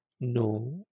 No